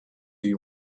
you